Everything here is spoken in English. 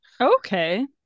Okay